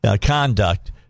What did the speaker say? conduct